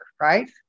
right